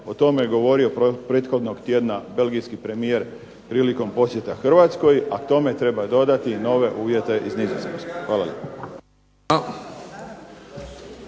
O tome je govorio prethodnog tjedna belgijski premijer prilikom posjeta Hrvatskoj, a tome treba dodati i nove uvjete iz Nizozemske. Hvala